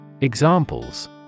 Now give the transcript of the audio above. Examples